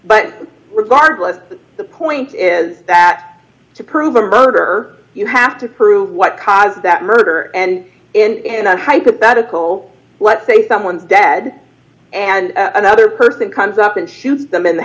but regardless the point is that to prove a murder you have to prove what caused that murder and in a hypothetical let's say someone's dad and another person comes up and shoots them in the